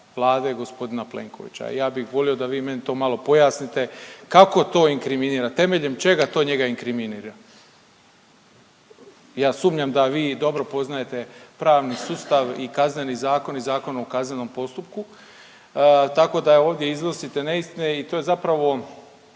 Vlade g. Plenkovića i ja bih volio da vi meni to malo pojasnite, kako to inkriminira, temeljem čega to njega inkriminira? Ja sumnjam da vi dobro poznajete pravni sustav i Kazneni zakon i Zakon o kaznenom postupku, tako da ovdje iznosite neistine i to je zapravo